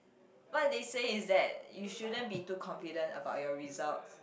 what they said is that you shouldn't be too confident about your results